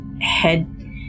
head